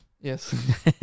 Yes